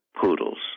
Poodles